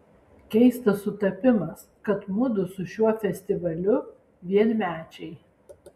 keistas sutapimas kad mudu su šiuo festivaliu vienmečiai